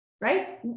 right